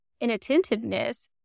inattentiveness